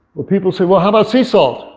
well people say, well, how about sea salt?